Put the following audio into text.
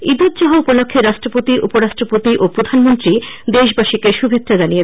ইদ উদ জোহা উপলক্ষ্যে রাষ্ট্রপতি উপরাষ্ট্রপতি ও প্রধানমন্ত্রী দেশবাসীকে শুভেচ্ছা জানিয়েছেন